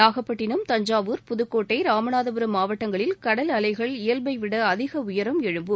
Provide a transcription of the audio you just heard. நாகப்பட்டினம் தஞ்சாவூர் புதுக்கோட்டை ராமநாதபுரம் மாவட்டங்களில் கடல் அலைகள் இயல்பைவிட அதிக உயரம் எழும்பும்